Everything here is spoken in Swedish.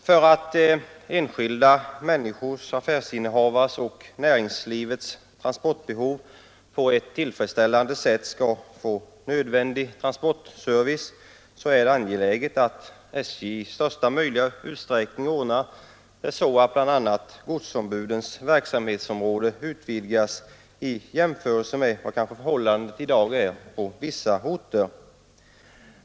För att enskilda människors, affärsinnehavares och näringslivets transportbehov på ett tillfredsställande sätt skall få nödvändig transportservice är det angeläget att SJ i största möjliga utsträckning ordnar så att bl.a. godsombudens verksamhetsområde utvidgas i jämförelse med vad förhållandet kanske i dag är på vissa orter.